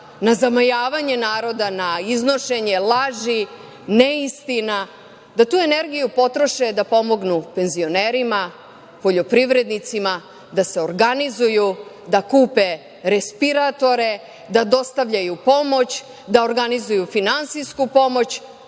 na zamajavanje naroda, na iznošenje laži, neistina, da tu energiju potroše da pomognu penzionerima, poljoprivrednicima, da se organizuju da kupe respiratore, da dostavljaju pomoć, da organizuju finansijsku pomoć.